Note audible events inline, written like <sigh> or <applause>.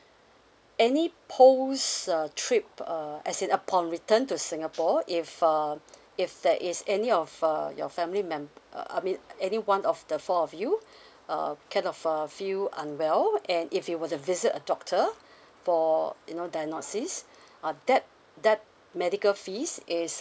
any post uh trip uh as in upon return to singapore if uh if there is any of uh your family memb~ uh I mean a~ any one of the four of you <breath> uh kind of uh feel unwell and if you were to visit a doctor <breath> for you know diagnosis uh that that medical fees is